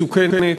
מסוכנת.